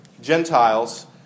Gentiles